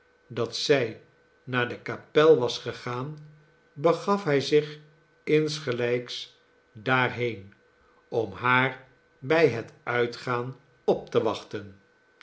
dat zij naar de kapel was gegaan begaf hij zich insgelijks daarheen om haar bij het uitgaan op te wachten